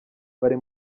bari